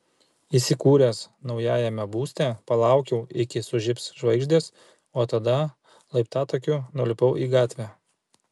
įsikūręs naujajame būste palaukiau iki sužibs žvaigždės o tada laiptatakiu nulipau į gatvę